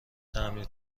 تعمیر